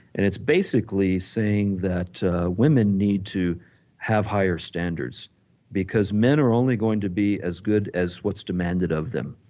and it's basically saying that women need to have higher standards because men are only going to be as good as what's demanded of them.